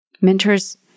Mentors